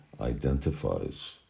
identifies